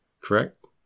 correct